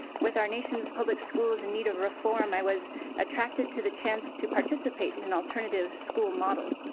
with our nation's public schools in need of reform, i was attracted to the chance to participate in an alternative school model.